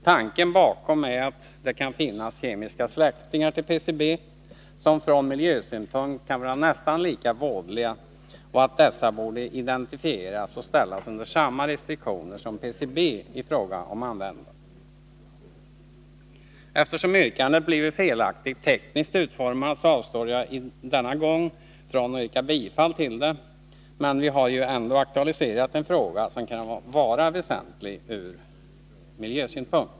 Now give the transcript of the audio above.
Tanken bakom är att det kan finnas kemiska släktingar till PCB, som från miljösynpunkt kan vara nästan lika vådliga, och att dessa borde identifieras och ställas under samma restriktioner som PCB i fråga om användandet. Eftersom yrkandet blivit felaktigt tekniskt formulerat, avstår jag denna gång från att yrka bifall till det, men vi har ju ändå aktualiserat en fråga som kan vara väsentlig från miljösynpunkt.